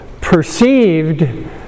perceived